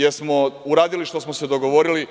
Da li smo uradili što smo se dogovorili?